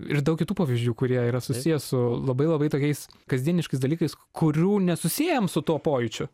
ir daug kitų pavyzdžių kurie yra susiję su labai labai tokiais kasdieniškais dalykais kurių nesusiejam su tuo pojūčiu